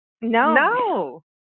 No